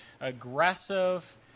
aggressive